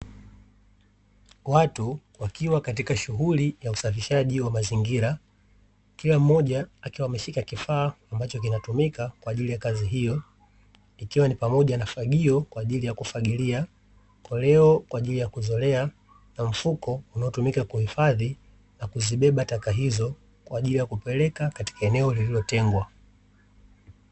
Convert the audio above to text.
Watu wakiwa katika shughuli ya usafishaji wa mazingira, kila mmoja akiwa ameshika kifaa ambacho kinatumika kwa ajili ya kazi hiyo. Ikiwa ni pamoja na fagio kwa ajili ya kufagilia, koleo kwa ajili ya kuzolea na mfuko unaotumika kuhifadhi na kuzibeba taka hizo kwa ajili ya kupeleka katika eneo lililotengwa.